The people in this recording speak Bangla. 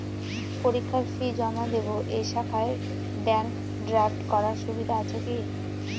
পরীক্ষার ফি জমা দিব এই শাখায় ব্যাংক ড্রাফট করার সুবিধা আছে কি?